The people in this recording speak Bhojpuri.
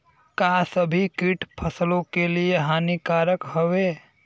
का सभी कीट फसलों के लिए हानिकारक हवें?